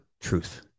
truth